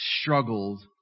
struggled